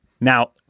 Now